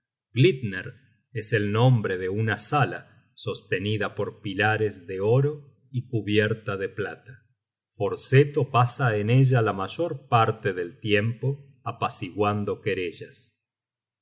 glitner es el nombre de una sala sostenida por pilares de oro y cubierta de plata forseto pasa en ella la mayor paite del tiempo apaciguando querellas y